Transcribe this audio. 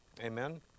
Amen